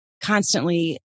constantly